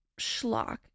schlock